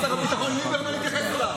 נא לסיים, חבר הכנסת קלנר.